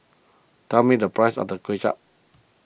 tell me the price of the Kway Chap